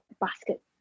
basket